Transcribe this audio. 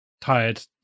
tired